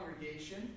congregation